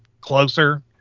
closer